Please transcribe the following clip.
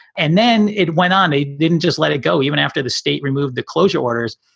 and then it went on a didn't just let it go even after the state removed the closure orders.